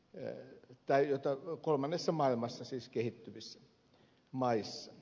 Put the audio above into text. neljän päivän tauko kolmannessa maailmassa siis kehittyvissä maissa